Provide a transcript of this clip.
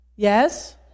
Yes